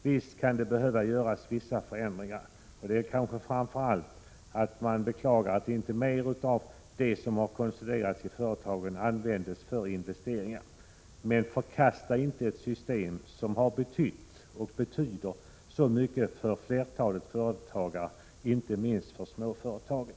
Visst kan det behöva göras förändringar — framför allt kanske man beklagar att inte mer av det som har konsoliderats i företagen har använts för investeringar — men förkasta inte ett system som har betytt och betyder så mycket för flertalet företag, inte minst för småföretagen!